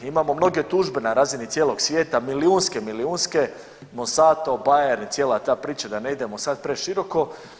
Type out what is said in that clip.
Imamo mnoge tužbe na razini cijelog svijeta, milijunske, milijunske Monsanto, Bayer, cijela ta priča da ne idemo sad preširoko.